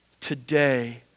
today